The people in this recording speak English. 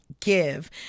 Give